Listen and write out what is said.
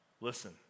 listen